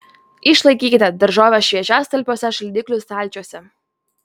išlaikykite daržoves šviežias talpiuose šaldiklių stalčiuose